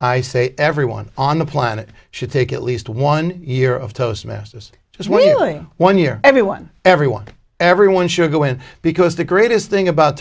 i say everyone on the planet should take at least one year of toastmasters just wailing one year everyone everyone everyone should go in because the greatest thing about